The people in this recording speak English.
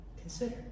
consider